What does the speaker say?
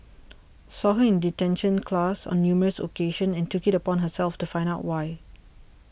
saw her in detention class on numerous occasions and took it upon herself to find out why